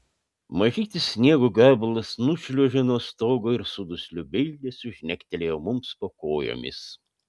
mažytis sniego gabalas nušliuožė nuo stogo ir su dusliu bildesiu žnektelėjo mums po kojomis